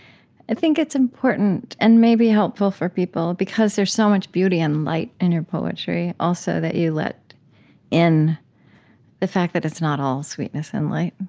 i think it's important and maybe helpful for people, because there's so much beauty and light in your poetry, also that you let in the fact that it's not all sweetness and light.